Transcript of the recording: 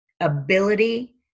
ability